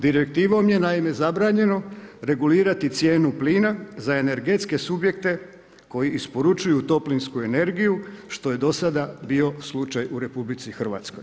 Direktivom je naime zabranjeno regulirati cijenu plina za energetske subjekte koji isporučuju toplinsku energiju što je do sada bio slučaju u RH.